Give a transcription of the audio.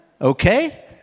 Okay